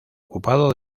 ocupado